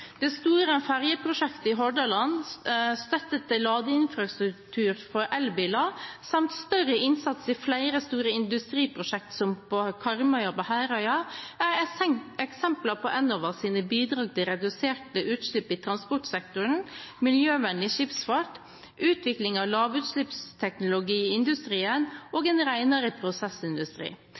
Det store ferjeprosjektet i Hordaland, støtte til ladeinfrastruktur for elbiler samt større innsats i flere store industriprosjekter, som på Karmøy og på Herøya, er eksempler på Enovas bidrag til reduserte utslipp i transportsektoren, miljøvennlig skipsfart, utvikling av lavutslippsteknologi i industrien og en renere prosessindustri